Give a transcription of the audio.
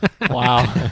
Wow